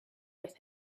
with